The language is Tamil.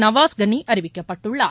நவாஸ் கனி அறிவிக்கப்பட்டுள்ளார்